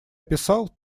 писал